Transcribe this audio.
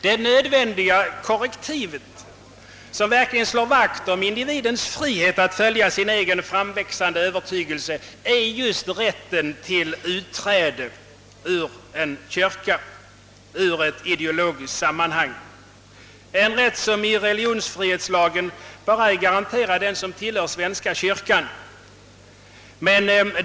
Det nödvändiga korrektivet, som verkligen slår vakt om individens 'frihet att följa sin egen framväxande övertygelse, är just rätten till utträde ur en kyrka eller ett annat ideologiskt sammanhang, en; rätt som i religionsfrihetslagen. bara garanteras den som tillhör svenska kyrkan.